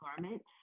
garments